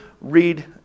read